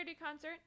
concert